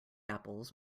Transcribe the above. apples